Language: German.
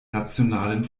nationalen